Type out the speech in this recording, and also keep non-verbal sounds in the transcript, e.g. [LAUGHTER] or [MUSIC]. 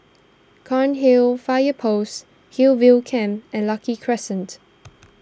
Cairnhill Fire Post Hillview Camp and Lucky Crescent [NOISE]